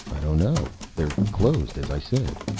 i don't know. they're closed, as i said.